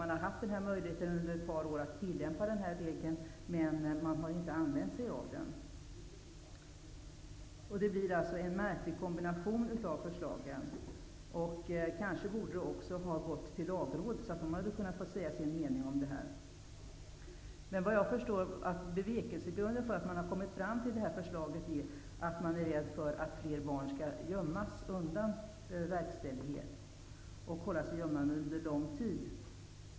Man har under ett par år haft möjligheten att tillämpa den här regeln, men man har inte använt sig av den. Det blir en märklig kombination av förslagen. Förslaget borde kanske också ha gått till Lagrådet, så att man där hade kunnat få säga sin mening. Jag förstår att bevekelsegrunden för förslaget är att man är rädd för att fler barn skall gömmas undan verkställighet och hållas gömda under lång tid.